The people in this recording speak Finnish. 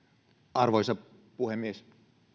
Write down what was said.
arvoisa puhemies